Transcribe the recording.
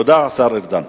תודה, השר ארדן.